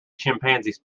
chimpanzees